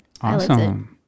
awesome